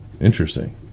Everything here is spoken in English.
Interesting